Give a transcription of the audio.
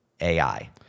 AI